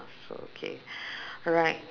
so okay alright